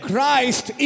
Christ